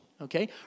okay